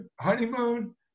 honeymoon